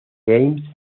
games